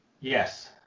Yes